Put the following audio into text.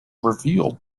revealed